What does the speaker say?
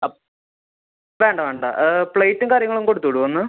up വേണ്ട വേണ്ട പ്ലേറ്റും കാര്യങ്ങളും കൊടുത്ത് വിടുവോ ഒന്ന്